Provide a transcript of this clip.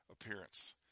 appearance